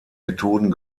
methoden